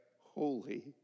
holy